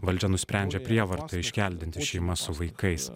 valdžia nusprendžia prievarta iškeldinti šeimas su vaikais